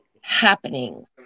happening